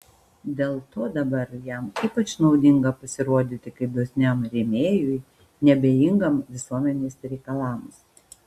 dėl to dabar jam ypač naudinga pasirodyti kaip dosniam rėmėjui neabejingam visuomenės reikalams